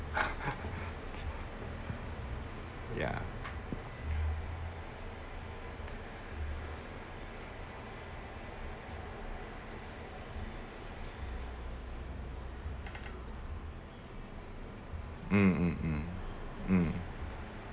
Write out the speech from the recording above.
ya mm mm mm mm